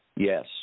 Yes